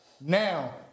now